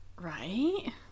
Right